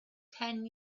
ten